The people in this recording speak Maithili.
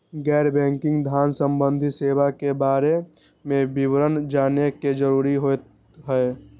गैर बैंकिंग धान सम्बन्धी सेवा के बारे में विवरण जानय के जरुरत होय हय?